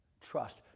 Trust